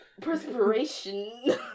Perspiration